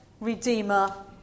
redeemer